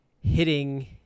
hitting